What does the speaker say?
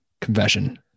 confession